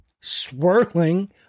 swirling